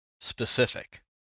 specific